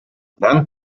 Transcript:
land